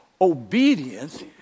obedience